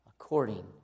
according